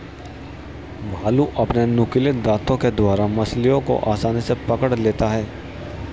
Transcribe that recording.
भालू अपने नुकीले दातों के द्वारा मछलियों को आसानी से पकड़ लेता है